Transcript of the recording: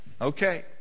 Okay